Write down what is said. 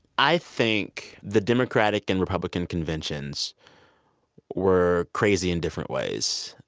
i think the democratic and republican conventions were crazy in different ways,